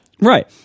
Right